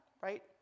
right